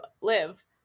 live